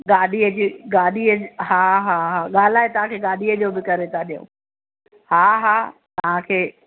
गाॾीअ जी गाॾीअ हा हा ॻाल्हाए तव्हांखे गाॾीअ जो बि करे था ॾियूं हा हा तव्हांखे